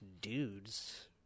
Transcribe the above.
dudes